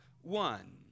one